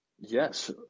Yes